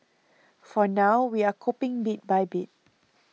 for now we're coping bit by bit